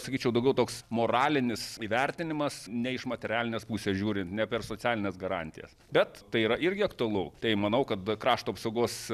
sakyčiau daugiau toks moralinis įvertinimas ne iš materialinės pusės žiūrint ne per socialines garantijas bet tai yra irgi aktualu tai manau kad krašto apsaugos